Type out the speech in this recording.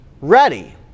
ready